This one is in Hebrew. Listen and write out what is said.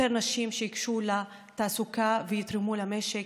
יותר נשים ייגשו לתעסוקה ויתרמו למשק,